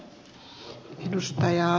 arvoisa puhemies